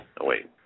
wait